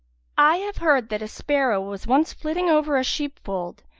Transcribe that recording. i have heard that a sparrow was once flitting over a sheep-fold,